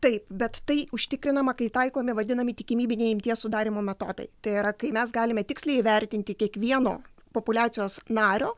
taip bet tai užtikrinama kai taikomi vadinami tikimybiniai imties sudarymo metodai tai yra kai mes galime tiksliai įvertinti kiekvieno populiacijos nario